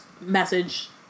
message